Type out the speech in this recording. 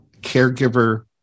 caregiver